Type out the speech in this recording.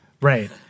Right